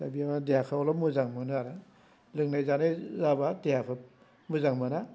दा बियावहाय देहाखौ अलफ मोजां मोनो आरो लोंनाय जानाय जाबा देहाखौ मोजां मोना